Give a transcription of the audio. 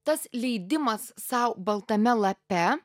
tas leidimas sau baltame lape